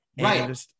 Right